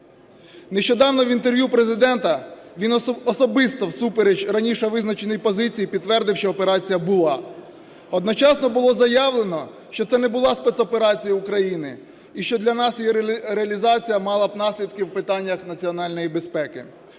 Нещодавно в інтерв'ю Президента він особисто всупереч раніше визначеної позиції підтвердив, що операція була. Одночасно було заявлено, що це не була спецоперація України і що для нас її реалізація мала б наслідки в питаннях національної безпеки.